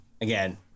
again